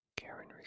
Karen